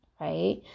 right